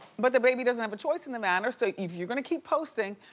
but the baby doesn't have a choice in the manner. so if you're gonna keep posting,